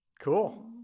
Cool